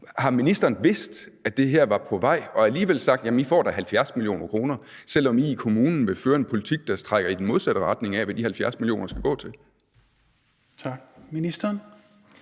Har ministeren vidst, at det her var på vej, og alligevel sagt: Jamen I får da 70 mio. kr., selv om I i kommunen vil føre en politik, der trækker i den modsatte retning af, hvad de 70 mio. kr. skal gå til? Kl. 16:43 Tredje